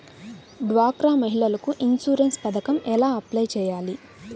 డ్వాక్రా మహిళలకు ఇన్సూరెన్స్ పథకం ఎలా అప్లై చెయ్యాలి?